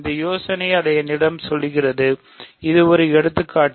இந்த யோசனை அதை என்னிடம் சொல்லுகிறது இது ஒரு எடுத்துக்காட்டு